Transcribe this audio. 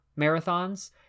marathons